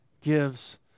gives